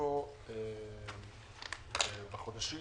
אנחנו בחודשים